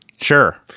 Sure